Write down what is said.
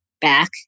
back